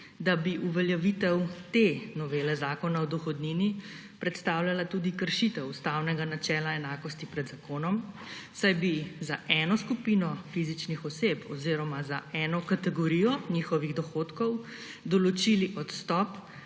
da bi uveljavitev te novele Zakona o dohodnini predstavljala tudi kršitev ustavnega načela enakosti pred zakonom, saj bi za eno skupino fizičnih oseb oziroma za eno kategorijo njihovih dohodkov določili odstop